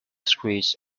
screech